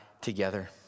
together